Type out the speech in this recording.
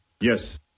Yes